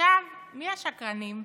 מי השקרנים עכשיו?